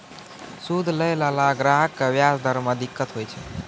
सूद लैय लाला ग्राहक क व्याज दर म दिक्कत होय छै